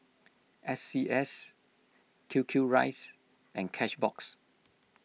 S C S Q Q rice and Cashbox